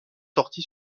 sorti